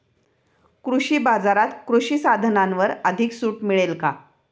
कृषी बाजारात कृषी साधनांवर अधिक सूट मिळेल का?